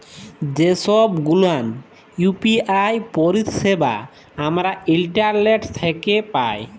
যে ছব গুলান ইউ.পি.আই পারিছেবা আমরা ইন্টারলেট থ্যাকে পায়